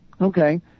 Okay